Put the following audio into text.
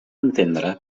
entendre